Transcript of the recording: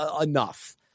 enough